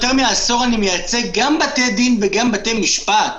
יותר מעשור אני מייצג גם בתי דין וגם בתי משפט,